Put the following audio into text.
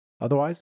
Otherwise